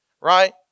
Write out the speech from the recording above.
Right